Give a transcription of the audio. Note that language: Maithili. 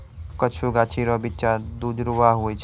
कुछु गाछी रो बिच्चा दुजुड़वा हुवै छै